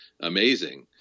amazing